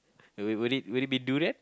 would would it would it be durian